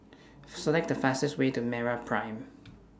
Select The fastest Way to Meraprime